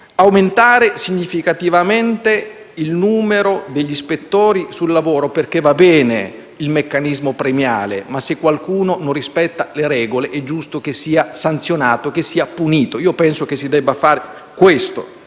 aumentare significativamente il numero degli ispettori sul lavoro. Va bene infatti il meccanismo premiale, ma se qualcuno non rispetta le regole è giusto che sia sanzionato e punito. Penso che si debba fare questo.